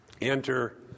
enter